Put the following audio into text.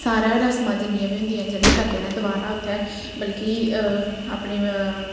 सारा रसमां जिन्नियां बी होंदियां जेह्ड़ियां करदे न दोबारा उत्थै बल्कि अपनी